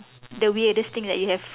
the weirdest thing that you have